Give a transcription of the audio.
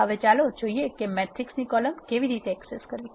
હવે ચાલો જોઈએ કે મેટ્રિક્સની કોલમ કેવી રીતે એક્સેસ કરવી